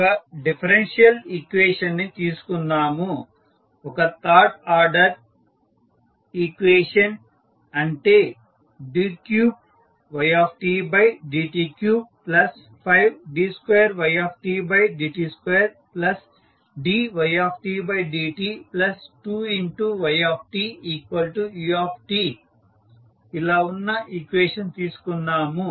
ఒక differential equation ని తీసుకుందాము ఒక థర్డ్ ఆర్డర్ ఈక్వేషన్ అంటే d3ydt35d2ydt2dydt2ytu ఇలా ఉన్న ఈక్వేషన్ తీసుకుందాము